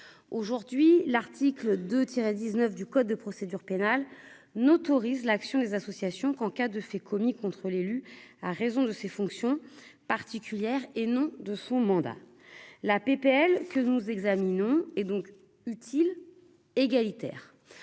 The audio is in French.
aujourd'hui l'article de tirer 19 du code de procédure pénale n'autorise l'action des associations qu'en cas de faits commis contre l'élu, à raison de ses fonctions particulières et non de son mandat, la PPL que nous examinons et donc utile égalitaire,